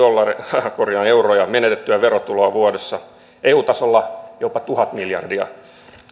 euroja menetettyä verotuloa vuodessa eu tasolla jopa tuhat miljardia